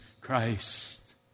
Christ